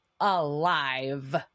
alive